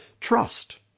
trust